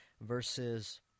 verses